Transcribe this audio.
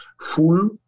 full